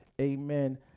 amen